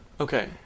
Okay